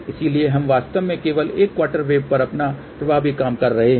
इसलिए हम वास्तव में केवल एक क्वार्टर वेव पर अपना प्रभावी काम कर रहे हैं